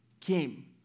came